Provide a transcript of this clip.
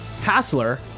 Hassler